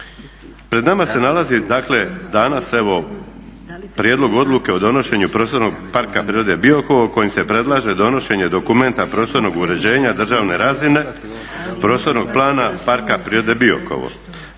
Pred nama se nalazi, dakle danas evo prijedlog odluke o donošenju Prostornog plana Parka prirode Biokovo kojim se predlaže donošenje dokumenta prostornog uređenja državne razine, prostornog Plana parka prirode Biokovo.